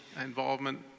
involvement